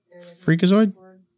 freakazoid